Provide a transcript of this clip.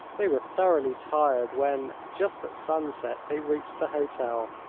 they were thoroughly tired when, just at sunset, they reached the hotel.